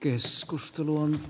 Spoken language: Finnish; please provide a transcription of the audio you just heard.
keskusteluun